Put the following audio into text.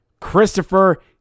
Christopher